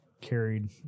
carried